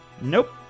Nope